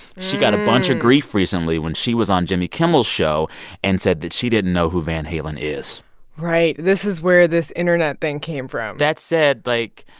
she got a bunch of grief recently when she was on jimmy kimmel's show and said that she didn't know who van halen is right. this is where this internet thing came from that said, like,